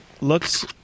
looks